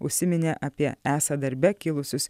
užsiminė apie esą darbe kilusius